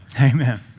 Amen